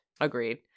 agreed